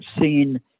seen